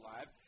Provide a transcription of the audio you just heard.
Live